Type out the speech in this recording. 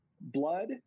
blood